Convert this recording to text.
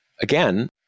again